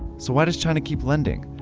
so why does china keep lending?